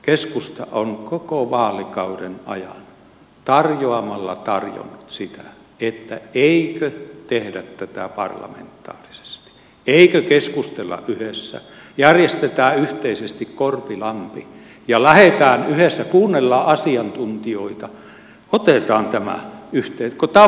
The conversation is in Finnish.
keskusta on koko vaalikauden ajan tarjoamalla tarjonnut sitä että eikö tehdä tätä parlamentaarisesti eikö keskustella yhdessä järjestetään yhteisesti korpilampi ja lähdetään yhdessä kuunnellaan asiantuntijoita otetaan tämä yhteen kun tavoite on selvä